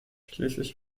schließlich